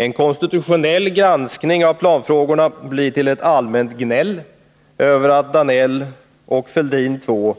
En konstitutionell granskning av planfrågorna blir till ett allmänt gnäll över att Georg Danell och regeringen Fälldin II